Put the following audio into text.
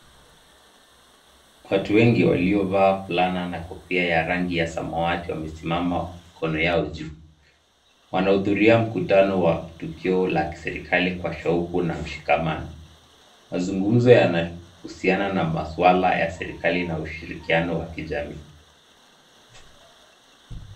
Watu wengi walio valia fulana na kofia ya rangi ya samwati wamesimama wakiweka mikono yao juu, wanahudhuria mkutano wa hutubio la kiserikali kwa shauku na mshikamano. Mazungumzo yanahusiana na maswala ya kiserikali na ushirikiano wa kijamii.